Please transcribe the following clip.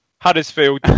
Huddersfield